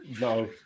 no